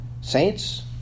Saints